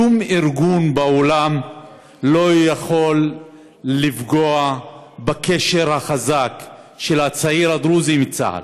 שום ארגון בעולם לא יכול לפגוע בקשר החזק של הצעיר הדרוזי עם צה"ל.